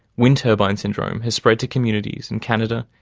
wind turbine syndrome has spread to communities in canada,